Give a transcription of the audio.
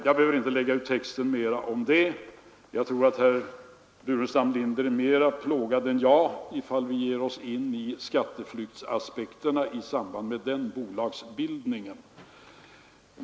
Jag behöver inte lägga ut texten mera om det; jag tror att herr Burenstam Linder blir mera plågad än jag, ifall vi ger oss in i skatteflyktsaspekterna i samband med den här bolagsbildningen.